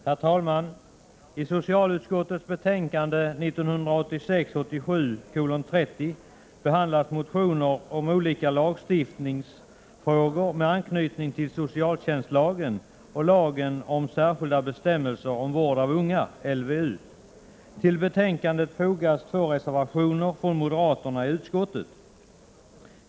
Herr talman! I socialutskottets betänkande 1986/87:30 behandlas motioner om olika lagstiftningsfrågor med anknytning till socialtjänstlagen och lagen om särskilda bestämmelser om vård av unga . Till betänkandet har fogats två reservationer från moderaterna i utskottet.